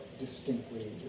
distinctly